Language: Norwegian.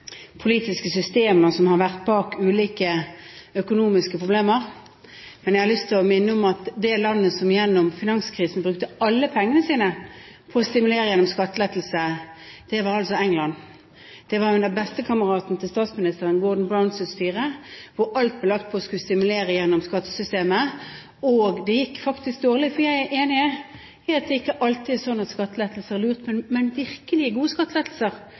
politiske systemer som har vært bak ulike økonomiske problemer. Men jeg har lyst til å minne om at det landet som gjennom finanskrisen brukte alle pengene sine på å stimulere gjennom skattelettelse, var England. Det var under styret til bestekameraten til statsministeren, Gordon Brown, at alt ble lagt på det å skulle stimulere gjennom skattesystemet, og det gikk faktisk dårlig. Jeg er enig i at det ikke alltid er sånn at skattelettelser er lurt. Men virkelig gode skattelettelser